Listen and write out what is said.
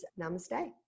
namaste